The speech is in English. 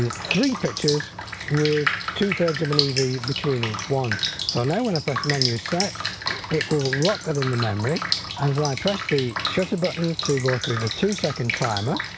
three pictures with two thirds of an eevee between each one so now when i press menu set it will will lock that in the memory and as i press the shutter button to go through the two second timer